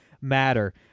matter